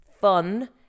Fun